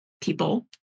people